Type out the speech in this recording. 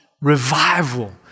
revival